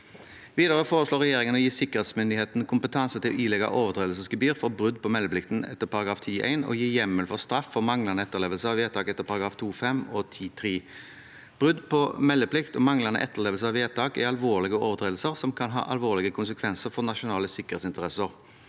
Videre foreslår regjeringen å gi sikkerhetsmyndigheten kompetanse til å ilegge overtredelsesgebyr for brudd på meldeplikten etter § 10-1 og gi hjemmel for straff for manglende etterlevelse av vedtaket etter §§ 2-5 og 10-3. Brudd på meldeplikten og manglende etterlevelse av vedtak er alvorlige overtredelser som kan ha alvorlige konsekvenser for nasjonale sikkerhetsinteresser.